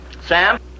Sam